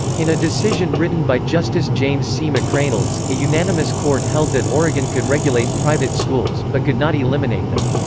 in a decision decision written by justice james c. mcreynolds, a unanimous court held that oregon could regulate private schools, but could not eliminate them.